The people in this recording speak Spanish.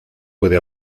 puede